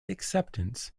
acceptance